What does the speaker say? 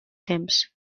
temps